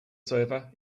sofa